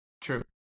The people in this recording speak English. true